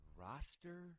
roster